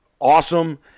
awesome